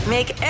Make